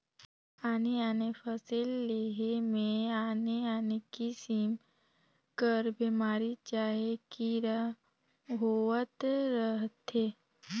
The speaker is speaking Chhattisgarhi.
आने आने फसिल लेहे में आने आने किसिम कर बेमारी चहे कीरा होवत रहथें